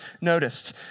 noticed